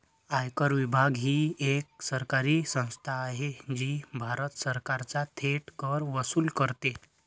आयकर विभाग ही एक सरकारी संस्था आहे जी भारत सरकारचा थेट कर वसूल करते